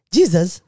Jesus